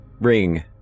Ring